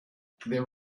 there